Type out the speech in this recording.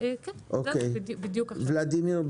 אוסאמה סעדי,